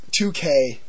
2K